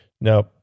Now